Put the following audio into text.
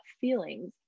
feelings